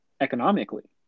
economically